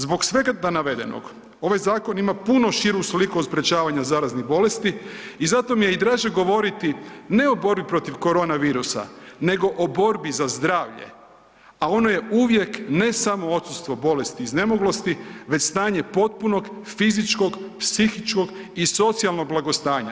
Zbog svega navedenoga ovaj zakon ima puno širu sliku od sprječavanja zaraznih bolesti i zato mi je i draže govoriti ne o borbi protiv korona virusa nego o borbi za zdravlje, a ono je uvijek ne samo odsustvo bolesti i iznemoglosti već stanje potpunog fizičkog, psihičkog i socijalnog blagostanja.